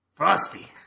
Frosty